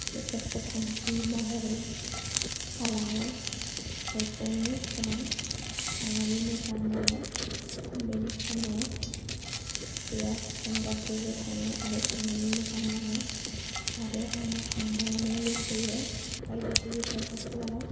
जे गोसोखांथि महरै थालाङो बेफोरखौनो जों थांनानै मोजां नाङो बेनिखायनो बेयाव जों गासैबो थाङो आरो थांनानै मोजां नाङो आरो आङो थांबावनो लुबैयो बायदि बायदि जायगाफोराव